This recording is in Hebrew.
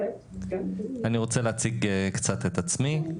אני רוצה להציג קצת את עצמי.